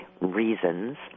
reasons